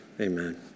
Amen